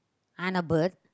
and a bird